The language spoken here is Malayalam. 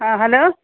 ആ ഹലോ